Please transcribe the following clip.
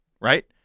right